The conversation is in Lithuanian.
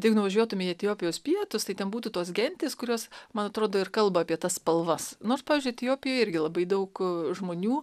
tik nuvažiuotume į etiopijos pietus tai ten būtų tos gentys kurios man atrodo ir kalba apie tas spalvas nors pavyzdžiui etiopijoj irgi labai daug žmonių